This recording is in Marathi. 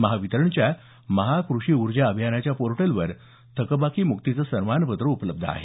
महावितरणच्या महा कृषी ऊर्जा अभियानाच्या पोर्टलवर थकबाकीमुक्तीचे सन्मानपत्र उपलब्ध आहे